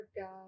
God